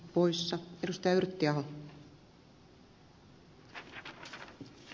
poissa tätä hyväksyä